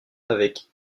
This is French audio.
avec